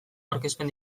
aurkezpen